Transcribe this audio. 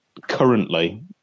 currently